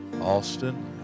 Austin